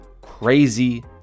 crazy